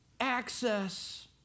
access